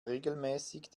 regelmäßig